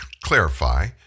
clarify